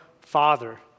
father